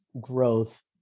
growth